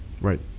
Right